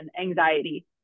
anxiety